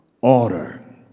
order